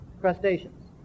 crustaceans